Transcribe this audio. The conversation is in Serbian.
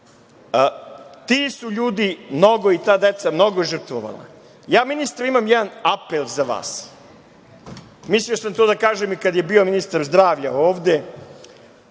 Ti su ljudi i ta deca mnogo žrtvovali. Ja ministre ima jedan apel za vas. Mislio sam to da kažem i kada je bio ministar zdravlja ovde,